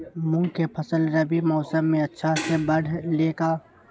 मूंग के फसल रबी मौसम में अच्छा से बढ़ ले का?